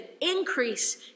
increase